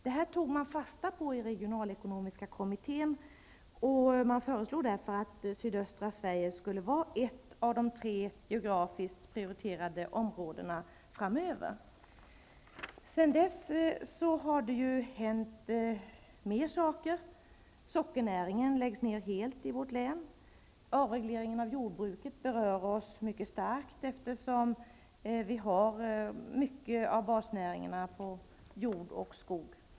Detta tog man fasta på i regionalekonomiska kommittén, och man föreslog därför att sydöstra Sverige skulle vara ett av de tre geografiskt prioriterade områdena framöver. Sedan dess har det hänt mer saker. Sockernäringen läggs ned helt i vårt län. Avregleringen av jordbruket berör oss mycket starkt, eftersom vi har mycket av basnäringarna inom jord och skogsbruket.